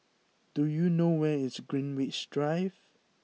do you know where is Greenwich Drive